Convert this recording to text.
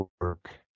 work